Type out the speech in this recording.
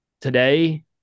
today